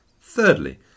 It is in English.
Thirdly